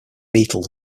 beetle